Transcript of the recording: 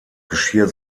geschirr